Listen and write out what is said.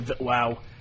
wow